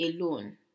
alone